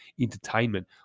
entertainment